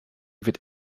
wird